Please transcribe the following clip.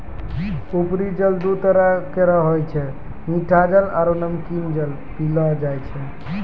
उपरी जल दू तरह केरो होय छै मीठा जल आरु नमकीन जल पैलो जाय छै